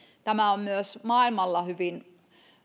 tämä meidän mallimme on myös maailmalla hyvin